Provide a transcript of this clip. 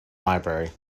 library